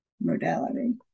modality